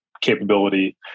capability